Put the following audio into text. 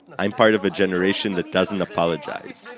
i'm part of a generation that doesn't apologize!